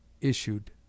issued